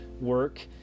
work